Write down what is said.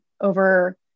over